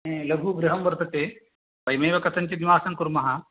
लघुगृहं वर्तते वयमेव कथञ्चित् निवासं कुर्मः